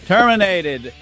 Terminated